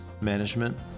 management